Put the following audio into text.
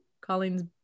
Colleen's